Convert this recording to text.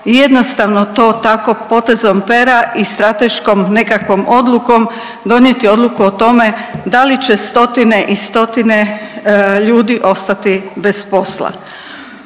jednostavno to tako potezom pera i strateškom nekakvom odlukom donijeli odluku o tome da li će stotine i stotine ljudi ostati bez posla.